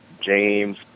James